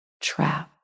trap